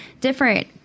different